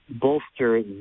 bolster